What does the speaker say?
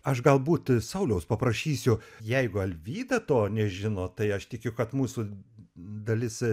aš galbūt sauliaus paprašysiu jeigu alvyda to nežino tai aš tikiu kad mūsų dalis